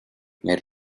may